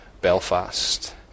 Belfast